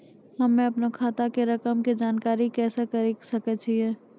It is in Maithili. हम्मे अपनो खाता के रकम के जानकारी कैसे करे सकय छियै?